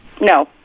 No